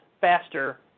faster